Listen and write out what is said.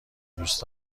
دوست